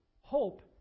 Hope